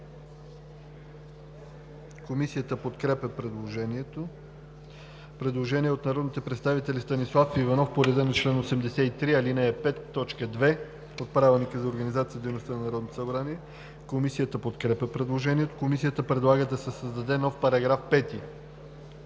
Комисията подкрепя предложението.